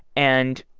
and,